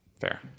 fair